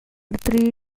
three